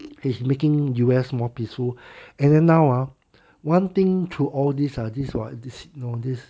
he's making U_S more peaceful and then now uh one thing through all this ah this what this